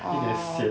orh